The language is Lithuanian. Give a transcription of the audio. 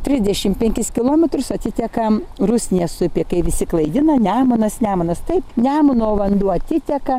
trisdešimt penkis kilometrus atiteka rusnės upė kai visi klaidina nemunas nemunas taip nemuno vanduo atiteka